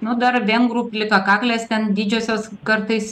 nu dar vengrų plikakaklės ten didžiosios kartais